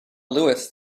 louis